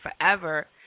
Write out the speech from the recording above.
forever